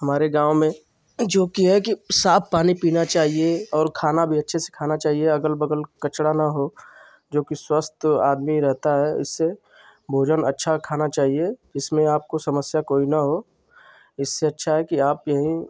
हमारे गाँव में जो कि है कि साफ पानी पीना चाहिए और खाना भी अच्छे से खाना चाहिए अगल बगल कचरा न हो जो कि स्वस्थ आदमी रहता है इससे भोजन अच्छा खाना चाहिए जिसमें आपको समस्या कोई न हो इससे अच्छा है कि आप यहीं